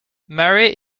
mary